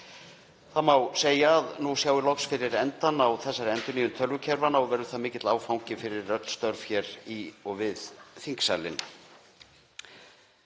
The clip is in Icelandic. Það má segja að það sjái nú loks fyrir endann á þessari endurnýjun tölvukerfanna og verður það mikill áfangi fyrir öll störf hér í og við þingsalinn.